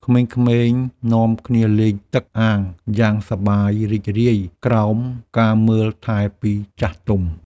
ក្មេងៗនាំគ្នាលេងទឹកអាងយ៉ាងសប្បាយរីករាយក្រោមការមើលថែពីចាស់ទុំ។